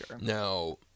Now